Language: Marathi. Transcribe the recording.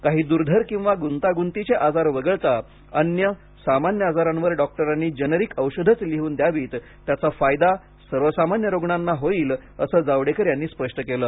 काही दुर्धर किंवा गुंतागुंतीचे आजार वगळता अन्य सामान्य आजारांवर डॉक्टरांनी जेनेरिक औषधच लिहून द्यावीत त्याचा फायदा सर्वसामान्य रुग्णांनाच होईल असं जावडेकर यांनी स्पष्ट केलं